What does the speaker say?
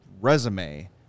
resume